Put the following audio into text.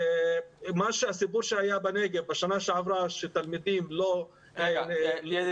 הסיפור שהיה בנגב בשנה שעברה שתלמידים לא -- ידידי,